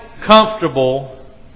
comfortable